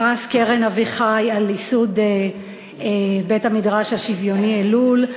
פרס "קרן אביחי" על ייסוד בית-המדרש השוויוני "אלול".